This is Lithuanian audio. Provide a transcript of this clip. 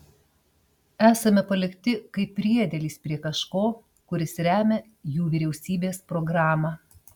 esame palikti kaip priedėlis prie kažko kuris remią jų vyriausybės programą